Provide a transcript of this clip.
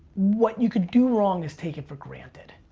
what you could do wrong is take it for granted.